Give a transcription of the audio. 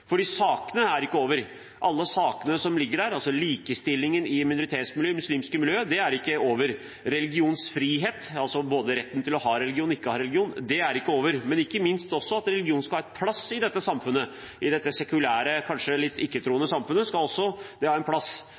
alle sakene som ligger der, er ikke over: Likestillingen i minoritetsmiljøet, i det muslimske miljøet – det er ikke over. Religionsfrihet, både retten til å ha en religion og ikke ha en religion, er ikke over – og ikke minst at religionen skal ha en plass i dette sekulære, kanskje litt ikke-troende samfunnet.